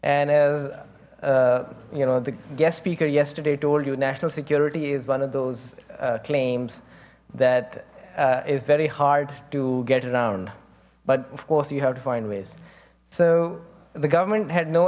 and as you know the guest speaker yesterday told you national security is one of those claims that is very hard to get around but of course you have to find ways so the government had no